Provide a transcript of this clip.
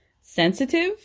sensitive